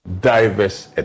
Diverse